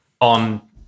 on-